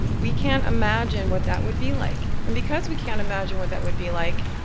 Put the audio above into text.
we can't imagine what that would be like. and because we can't imagine what that would be like,